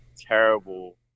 terrible